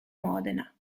modena